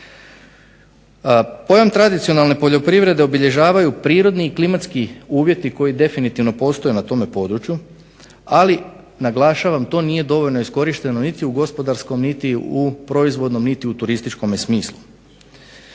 Pojam tradicionalne poljoprivrede obilježavaju prirodni i klimatski uvjeti koji definitivno postoje na tome području ali naglašavam to nije dovoljno iskorišteno niti u gospodarskom niti u proizvodnom niti u turističkom smislu.